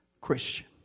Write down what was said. Christian